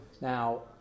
Now